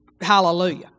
hallelujah